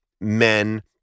men